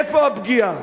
איפה הפגיעה?